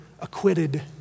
acquitted